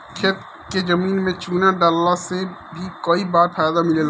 खेती के जमीन में चूना डालला से भी कई बार फायदा मिलेला